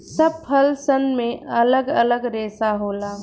सब फल सन मे अलग अलग रेसा होला